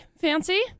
fancy